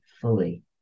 fully